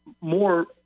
more